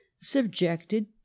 subjected